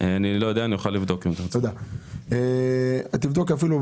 אני לא רוצה לעכב סתם.